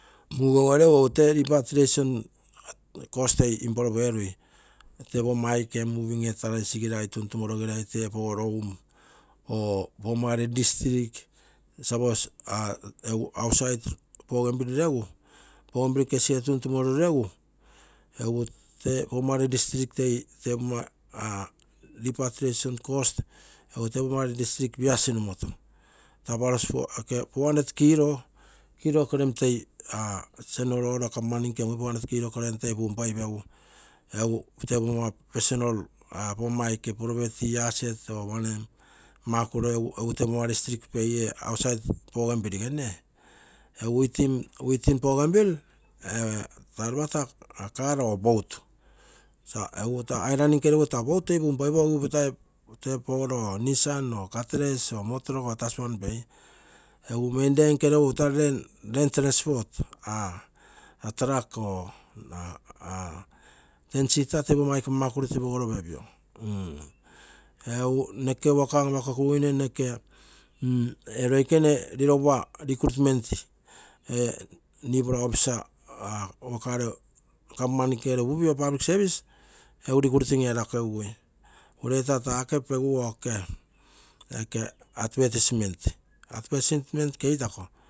Mugouge regu egu tee departration cost toi improve erui, tee pogomma aike moving etarei, tee pogoro umm or pogomma ere districk, egu bougainville kesige tuntumoru regu outside bougainville regu pogomma gere districk departration cost egu tee pogomma gere districk piasi nomoto, four hundred kilogram toi. general order government nke four hundred kilogram toi punpoipeigu, egu tee pogomma aike property assert or wanem makuro egu tegere poga gere districk pei, ee outside bougainville gee egu within bougainville, taa lopa ta car or boat egu taa island nke regu taa boat foi punpoipogigu tee pogoro nissa or katres or tasman or motlock pei. Egu main land nke regu taa land transport, truck or ten sheeter tee pogomma aike makuro tee pogoro pepio. Egu work an-apokogiguine neke ee ioikene rilogupa recruitment, ee newpla officer waka ere government nke gere upupio, egere government service recruit erakegui ureita taa oke peguo advertisement keitako.